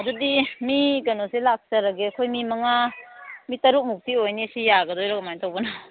ꯑꯗꯨꯗꯤ ꯃꯤ ꯀꯩꯅꯣꯁꯤ ꯂꯥꯛꯆꯔꯒꯦ ꯑꯩꯈꯣꯏ ꯃꯤ ꯃꯉꯥ ꯇꯔꯨꯛ ꯃꯨꯛꯇꯤ ꯑꯣꯏꯅꯤ ꯁꯤ ꯌꯥꯒꯗꯣꯏꯔꯣ ꯀꯃꯥꯏ ꯇꯧꯕꯅꯣ